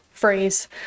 phrase